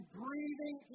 breathing